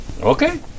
Okay